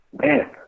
Man